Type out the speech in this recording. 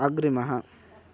अग्रिमः